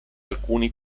alcuni